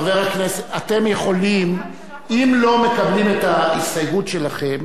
חבר הכנסת, אם לא מקבלים את ההסתייגות שלכם